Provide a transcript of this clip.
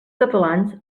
catalans